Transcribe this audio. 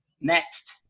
Next